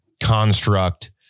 construct